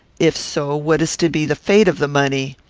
if so, what is to be the fate of the money?